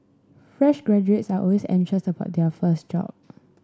fresh graduates are always anxious about their first job